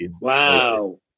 Wow